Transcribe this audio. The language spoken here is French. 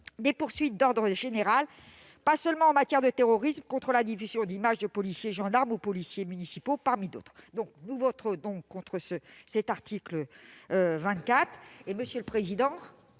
des poursuites d'ordre général, et pas seulement en matière de terrorisme, contre la diffusion d'images de policiers, gendarmes ou policiers municipaux, entre autres. Nous voterons donc contre cet article 24.